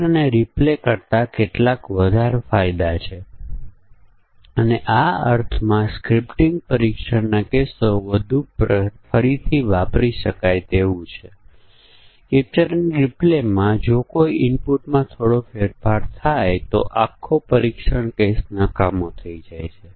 અને એકવાર આપણી પાસે કારણ અસરનો ગ્રાફ તૈયાર થઈ જાય પછી આપણી પાસે નિર્ણય ટેબલ બનાવવાનો એક સીધો રસ્તો છે અને પછી આપણે નિર્ણય કોષ્ટક પરીક્ષણ લાગુ કરી શકીએ છીએ જેમાં દરેક કોલમ એક પરીક્ષણ કેસ બની જાય છે